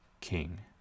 king